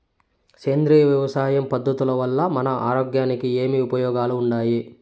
సేంద్రియ వ్యవసాయం పద్ధతుల వల్ల మన ఆరోగ్యానికి ఏమి ఉపయోగాలు వుండాయి?